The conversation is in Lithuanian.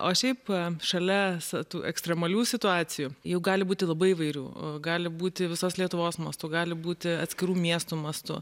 o šiaip šalia tų ekstremalių situacijų jų gali būti labai įvairių gali būti visos lietuvos mastu gali būti atskirų miestų mastu